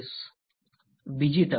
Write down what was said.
student બીજી term